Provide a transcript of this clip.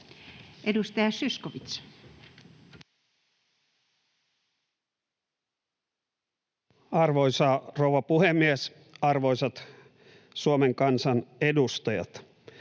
11:25 Content: Arvoisa rouva puhemies! Arvoisat Suomen kansan edustajat!